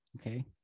Okay